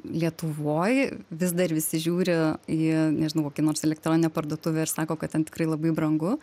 lietuvoj vis dar visi žiūri į nežinau kokį nors elektroninę parduotuvę ir sako kad ten tikrai labai brangu